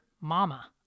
mama